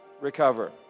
recover